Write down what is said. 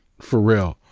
for real.